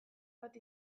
bat